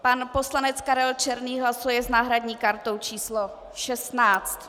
Pan poslanec Karel Černý hlasuje s náhradní kartou číslo 16.